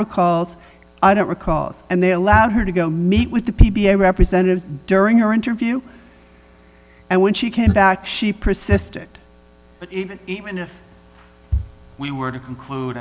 recall i don't recall and they allowed her to go meet with the p b s representatives during her interview and when she came back she persisted but even if we were to conclude